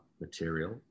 material